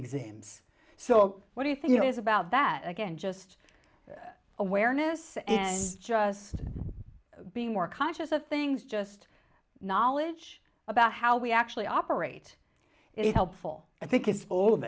it's so what do you think it is about that again just awareness and just being more conscious of things just knowledge about how we actually operate it helpful i think it's all of